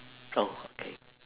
oh okay